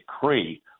decree